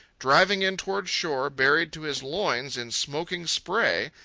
driving in toward shore, buried to his loins in smoking spray,